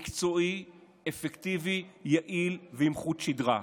מקצועי, אפקטיבי, יעיל ועם חוט שדרה.